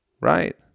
right